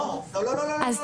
לא, לא, לא, לא.